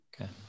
Okay